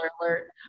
alert